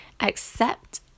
accept